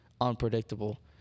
unpredictable